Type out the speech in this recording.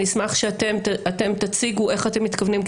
אני אשמח שאתם תציגו איך אתם מתכוונים,